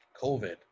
COVID